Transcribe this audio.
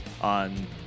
on